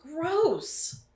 gross